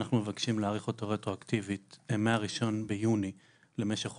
אנחנו מבקשים להאריך אותו רטרואקטיבית מ-1 ביוני למשך חודשיים,